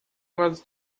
was